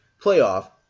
playoff